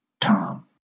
Tom